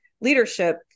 leadership